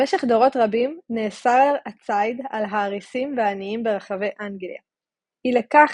במשך דורות רבים נאסר הציד על האריסים והעניים ברחבי אנגליה – אי לכך,